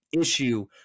issue